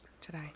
today